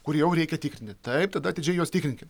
kur jau reikia tikrinti taip tada atidžiai juos tikrinkim